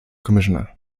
commissioner